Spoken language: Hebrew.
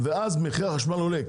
מחיר החשמל עולה,